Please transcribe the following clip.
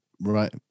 right